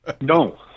No